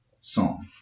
song